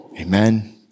Amen